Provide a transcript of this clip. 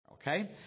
Okay